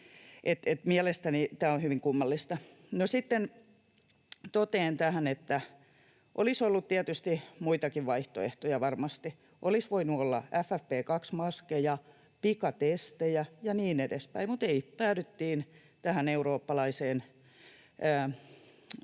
Mielestäni tämä on hyvin kummallista. Sitten totean tähän, että olisi tietysti ollut varmasti muitakin vaihtoehtoja. Olisi voinut olla FFP2-maskeja, pikatestejä ja niin edespäin, mutta ei, päädyttiin tähän eurooppalaiseen